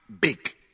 big